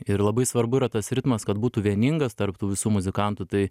ir labai svarbu yra tas ritmas kad būtų vieningas tarp tų visų muzikantų tai